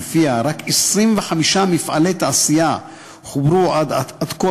שלפיה רק 25 מפעלי תעשייה חוברו עד כה